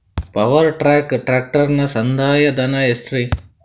Power track ಟ್ರ್ಯಾಕ್ಟರನ ಸಂದಾಯ ಧನ ಎಷ್ಟ್ ರಿ?